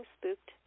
spooked